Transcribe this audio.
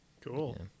Cool